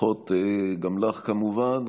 ברכות גם לך, כמובן.